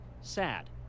Sad